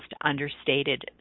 understated